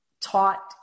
taught